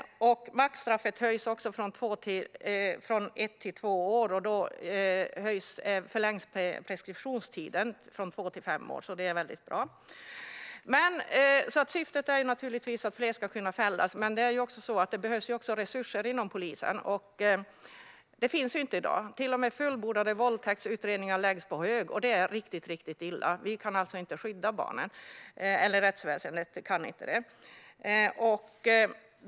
Maxstraffet höjs också från ett år till två år. Då förlängs även preskriptionstiden från två år till fem år, vilket är väldigt bra. Syftet är naturligtvis att fler ska kunna fällas, men det är ju också så att det behövs resurser inom polisen som inte finns i dag. Till och med utredningar gällande fullbordade våldtäkter mot barn läggs på hög, och det är riktigt, riktigt illa. Rättsväsendet kan alltså inte skydda barnen.